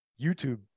YouTube